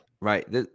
right